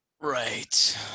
Right